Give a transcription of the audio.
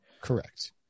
Correct